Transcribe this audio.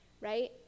right